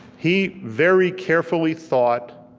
he very carefully thought,